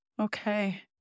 Okay